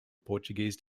portuguese